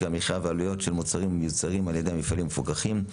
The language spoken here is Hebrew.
המחיה ועלויות של מוצרים המיוצרים על ידי מפעלים מפוקחים.